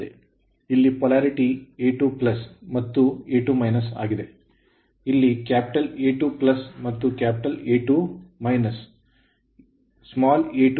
ಇಲ್ಲಿ polarity ಧ್ರುವೀಯತೆA2 ಮತ್ತು A2 ಆಗಿದೆ ಇಲ್ಲಿ ಕ್ಯಾಪಿಟಲ್ A 2 ಮತ್ತು ಕ್ಯಾಪಿಟಲ್ A2